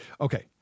Okay